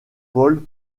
paul